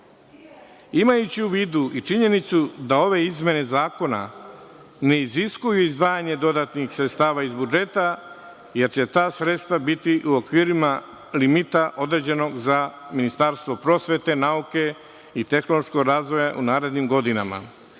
u vidu i činjenicu da ove izmene zakona ne iziskuju izdvajanje dodatnih sredstava iz budžeta, jer će ta sredstva biti u okvirima limita određenog za Ministarstvo prosvete, nauke i tehnološkog razvoja u narednim godinama. Podržavam